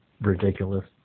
ridiculous